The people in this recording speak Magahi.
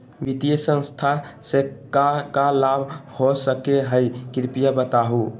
वित्तीय संस्था से का का लाभ हो सके हई कृपया बताहू?